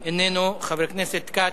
חבר הכנסת בן-ארי,